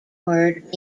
word